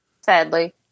Sadly